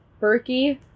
Berkey